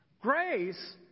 Grace